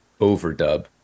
overdub